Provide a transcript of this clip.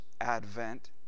advent